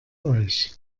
euch